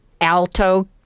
alto